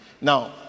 Now